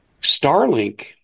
Starlink